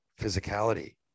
physicality